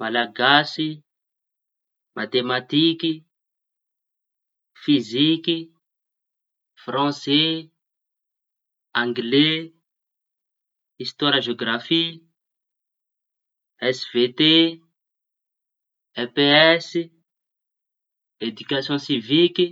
Malagasy, matematiky, fiziky, fransay, angle, histoara, zeografy, svt, EPS, edikasiôn siviky.